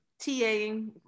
taing